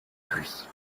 pluie